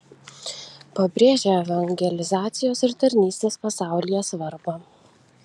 pabrėžia evangelizacijos ir tarnystės pasaulyje svarbą